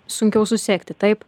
sunkiau susekti taip